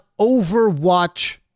Overwatch